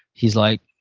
he's like,